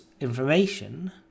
information